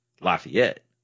Lafayette